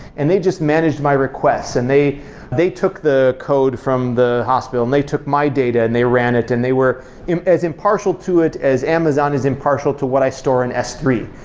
and they just managed my requests and they they took the code from the hospital, and they took my data and they ran it and they were as impartial to it as amazon is impartial to what i store in s three?